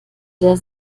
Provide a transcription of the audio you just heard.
der